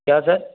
क्या सर